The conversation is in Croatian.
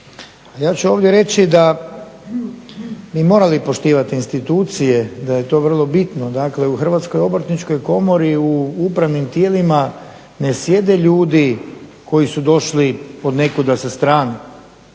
ja ću ovdje reći da bi morali poštivati institucije, da je to vrlo bitno. Dakle u Hrvatskoj obrtničkoj komori u upravnim tijelima ne sjede ljudi koji su došli od nekuda sa strane.